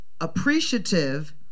appreciative